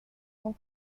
sont